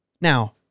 Now